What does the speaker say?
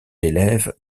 d’élèves